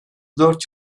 dört